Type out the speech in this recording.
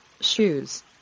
shoes